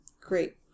Great